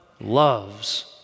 loves